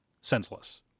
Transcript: senseless